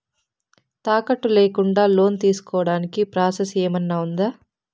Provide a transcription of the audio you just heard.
తాకట్టు లేకుండా లోను తీసుకోడానికి ప్రాసెస్ ఏమన్నా ఉందా?